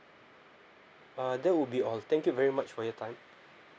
uh that would be all thank you very much for your time